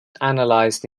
analysed